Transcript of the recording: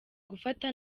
gufata